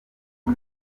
ngo